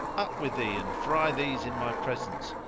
up with thee and fry these in my presence,